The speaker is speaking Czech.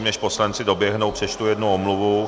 Než poslanci doběhnou, přečtu ještě jednu omluvu.